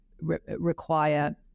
require